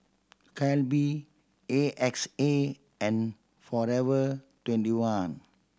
Calbee A X A and Forever Twenty one